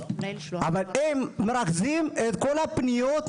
אבל הם מרכזים את כל הפניות,